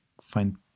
find